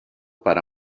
para